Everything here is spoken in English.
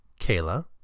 Kayla